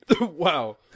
Wow